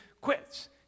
quits